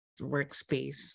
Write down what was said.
workspace